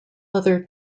other